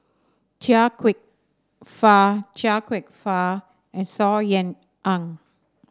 Chia Kwek Fah Chia Kwek Fah and Saw Ean Ang